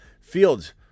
Fields